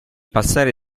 passare